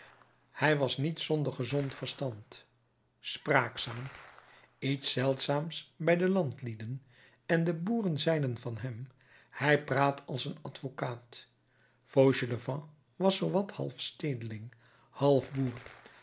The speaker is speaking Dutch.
hij was niet zonder gezond verstand spraakzaam iets zeldzaams bij de landlieden en de boeren zeiden van hem hij praat als een advocaat fauchelevent was zoo wat half stedeling half boer